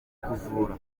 kuvura